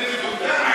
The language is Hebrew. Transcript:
אני מטומטם?